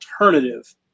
alternative